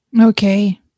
Okay